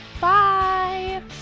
Bye